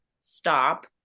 stop